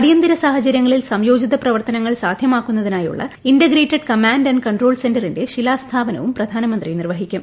അടിയന്തിര സാഹചരൃങ്ങളിൽ സംയോജിത പ്രവർത്തനങ്ങൾ സാധൃമാക്കുന്നതിനായുള്ള ഇന്റഗ്രേറ്റഡ് കമാൻഡ് ആന്റ് കൺട്രോൾ സെന്ററിന്റെ ശിലാസ്ഥാപനവും പ്രധാനമന്ത്രി നിർവ്വഹിക്കും